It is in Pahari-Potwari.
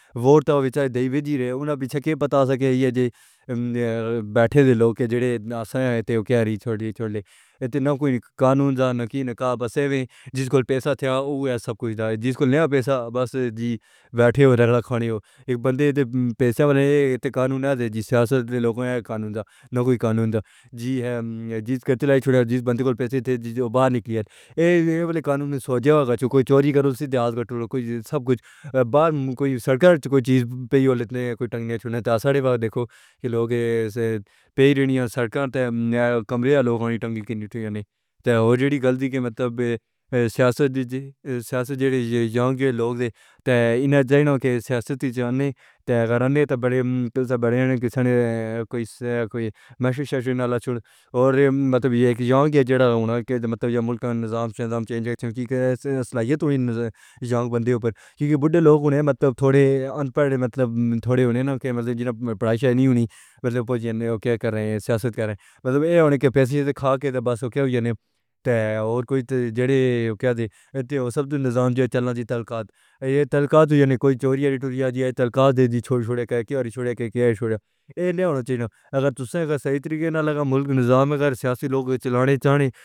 ووٹ دے دے جی رہے ہُنا بھی کہہ پتا سکِیا اِیّے بیٹھے دے لوک جیڑھے اَساں اِتّے اِہّ اوکے چھوڑلے چھوڑلے۔ اِتّھے نہ کوئی قانون جاں نہ دی نَقاب۔ اَسے بھی جِس کول پیسا ٹھیا اُوے سب کُچھ دا، جِس کول نیں پیسا بس جی بیٹھے دا رکھلا کھانے۔ اوہ اِک بندے دے پیسے ہوݨ تے قانون اے تے سیاست دے لوک ہوئے قانون دے۔ نہ کوئی قانون دا جی، جِس کرتے لائک چھوڑے، جِس بندے کول پیسے ٹھے، جِس دے باہر نِکلی اے۔ اِہّ اِہّ بُلے قانون سوچے دا ہووے گا۔ کُجھ کوئی چوری کرگس اِتِھاس وچ ٹُوٹا، کُجھ سب کُچھ۔ کوئی سرکار چ کوئی چیز ہووݨ، کوئی ٹانگے شُنیا، تاں ہمارے اِتّھے ݙیکھو لوکاں توں پُچھ لیݨی اے۔ سرکار کَمڑے لوکاں دی ٹنگی کِتّنی اُٹھی ہاݨے۔ تے ہووے جیڑھی غلطی دے مطلب سیاست دی سیاست، جیڑھے یُوݨ لوک تے اِنّھاں جاݨے دی سیاست چاہنی۔ تے اَگر نہ تاں وڈّے وڈّے کِساݨ کوئی کوئی نالا چھوڑ تے مطلب اِے اِک یُووا جیڑھا ہووݨاں کِہ مطلب جام ہووݨاں چاہِیدا۔ صلاحیت ہووݨاں یُوݨ بندے پے، کیوں کہ بُوڑھے لوک ہووݨ مطلب تھوڑے اَنپڑھ، مطلب تھوڑے ہووݨاں دے مَزے پڑھائی شالی ہووݨاں، بس اوہ کہہ کرئیں؟ سیاست کرئیں مطلب اِہّ پیسے دے کھاکے تے بس کہہ ہو جاݨاں۔ تے اَور کوئی تاں جیڑھے کہہ ہاں تے سب کُچھ نِظام چلا دی تلخ۔ اِے تلخ جاݨی کوئی چوری چوری تلخے دے دی۔ چھوٹے چھوڑے دے ہر چھوڑے دے کیشریا اِہّ لیو نہ چاہِیدا۔ اَگر تُساں اَگر صحیح طریقے نالے گا، مُلک نِظام اَگر سیاسی لوک چلاݨے چاہݨ گے۔